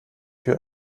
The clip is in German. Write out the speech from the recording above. tür